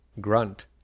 grunt